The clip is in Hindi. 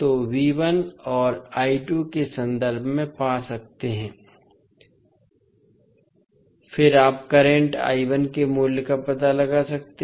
तो हम के संदर्भ में पा सकते हैं फिर आप करंट के मूल्य का पता लगा सकते हैं